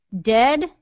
Dead